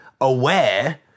aware